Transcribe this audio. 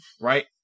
right